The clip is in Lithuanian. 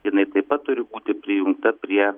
jinai taip pat turi būti prijungta prie